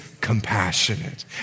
compassionate